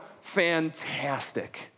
fantastic